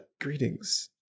Greetings